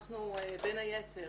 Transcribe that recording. אנחנו, בין היתר,